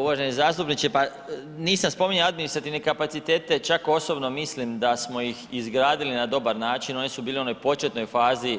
Uvaženi zastupniče, pa nisam spominjao administrativne kapacitete čak osobno mislim da smo ih izgradili na dobar način, oni su bili u onoj početnoj fazi